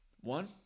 one